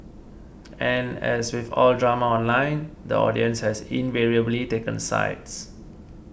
and as with all drama online the audience has invariably taken sides